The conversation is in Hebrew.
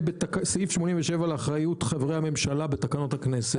זה סעיף 87 לאחריות חברי הממשלה בתקנון הכנסת.